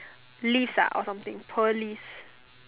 list ah or something pearl list